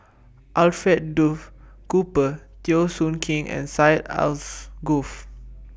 Alfred Duff Cooper Teo Soon Kim and Syed Alsagoff